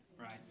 Right